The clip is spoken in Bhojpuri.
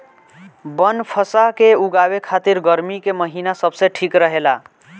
बनफशा के उगावे खातिर गर्मी के महिना सबसे ठीक रहेला